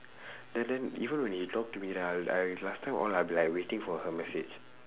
then then even when she talk to me right I I'll last time all I'll be waiting for her message